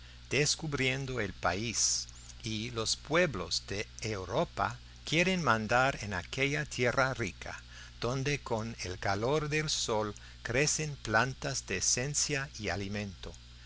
descubriendo el país y los pueblos de europa quieren mandar en aquella tierra rica donde con el calor del sol crecen plantas de esencia y alimento